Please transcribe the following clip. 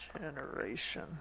generation